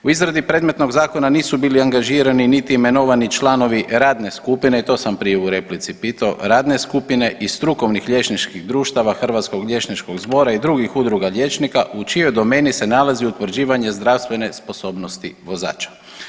U izradi predmetnog zakona nisu bili angažirani niti imenovani članovi radne skupine i to sam prije u replici pitao radne skupine i strukovnih liječničkih društava Hrvatskog liječničkog zbora i drugih udruga liječnika u čijoj domeni se nalazi utvrđivanje zdravstvene sposobnosti vozača.